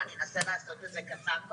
אנסה לעשות את זה קצר.